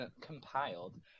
compiled